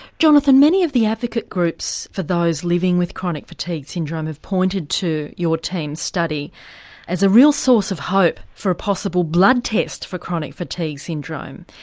jonathan many of the advocate groups for those living with chronic fatigue syndrome have pointed to your team study as a real source of hope for a possible blood test for chronic fatigue syndrome.